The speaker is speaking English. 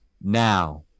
Now